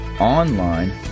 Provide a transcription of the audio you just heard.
online